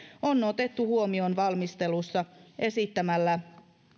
on otettu huomioon valmistelussa esittämällä